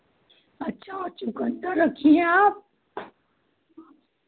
अच्छा और चुकन्दर रखी हैं आप